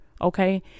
Okay